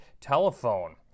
telephone